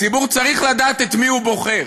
הציבור צריך לדעת את מי הוא בוחר.